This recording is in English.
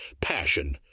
passion